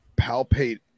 palpate